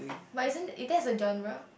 but isn't is that a genre